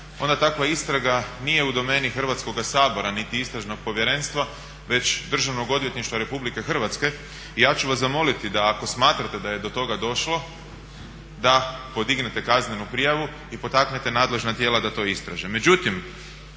onda takva istraga nije u domeni Hrvatskoga sabora niti istražnog povjerenstva već Državnog odvjetništva Republike Hrvatske. I ja ću vas zamoliti da ako smatrate da je do toga došlo da podignete kaznenu prijavu i potaknete nadležna tijela da to istraže.